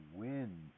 wind